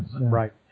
Right